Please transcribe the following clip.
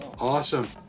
Awesome